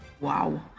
Wow